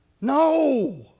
No